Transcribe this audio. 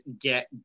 get